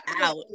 out